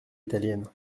italienne